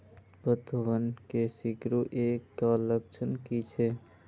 पतबन के सिकुड़ ऐ का लक्षण कीछै?